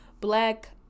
black